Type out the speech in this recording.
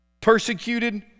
persecuted